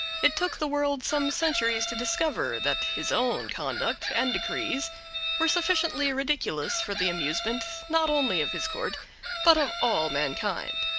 it took the world some centuries to discover that his own conduct and decrees were sufficiently ridiculous for the amusement not only of his court but of all mankind.